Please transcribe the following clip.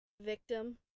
Victim